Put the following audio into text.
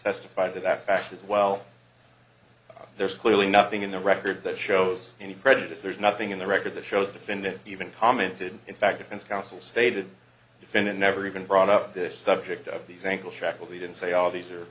testified to that fact as well there's clearly nothing in the record that shows any prejudice there's nothing in the record that shows definitive even commented in fact defense counsel stated defendant never even brought up this subject of these ankle shackles he didn't say all these are